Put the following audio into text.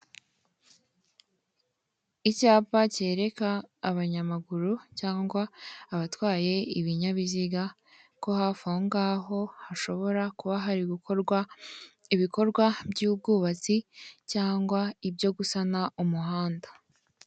Icyapa cyereka abanyamaguru cyangwa abatwaye ibinyabiziga ko hafi aho ngaho hashobora kuba hari gukorwa ibikorwa by'ubwubatsi, cyangwa ibyo gusana umuhanda.